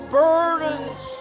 burdens